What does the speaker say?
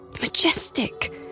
majestic